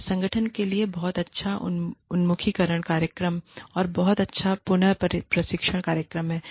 यह संगठन के लिए बहुत अच्छा उन्मुखीकरण कार्यक्रम और बहुत अच्छा पुन प्रशिक्षण कार्यक्रम है